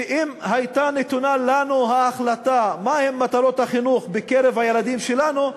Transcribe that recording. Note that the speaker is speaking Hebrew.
אם הייתה נתונה לנו ההחלטה מהן מטרות החינוך בקרב הילדים שלנו,